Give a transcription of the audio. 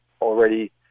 already